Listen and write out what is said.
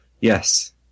Yes